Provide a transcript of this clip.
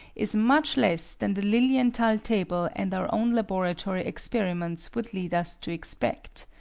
is much less than the lilienthal table and our own laboratory experiments would lead us to expect.